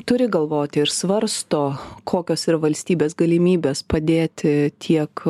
turi galvoti ir svarsto kokios yra valstybės galimybės padėti tiek